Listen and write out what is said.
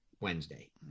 Wednesday